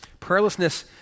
Prayerlessness